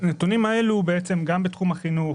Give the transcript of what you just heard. הנתונים בתחום החינוך,